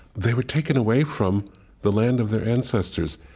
they were taken away from the land of their ancestors.